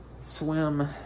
Swim